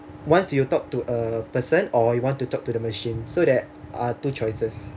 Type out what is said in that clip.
once you talk to a person or you want to talk to the machine so there are two choices